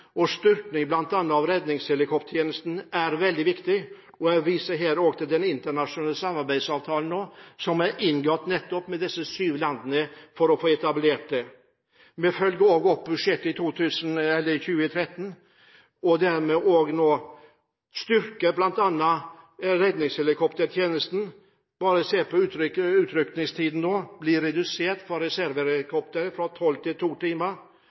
av bl.a. redningshelikoptertjenesten er veldig viktig. Jeg viser her til den internasjonale samarbeidsavtalen som er inngått nettopp med disse syv landene for å få etablert dette. Vi følger opp budsjettet for 2013 og styrker redningshelikoptertjenesten. Utrykningstiden for reservehelikopteret blir nå redusert fra 12 til 2 timer, og det er en veldig viktig satsing. Vi satser på ferdigstillelse av hangarer på Svalbard for